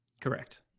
Correct